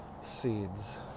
seeds